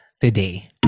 today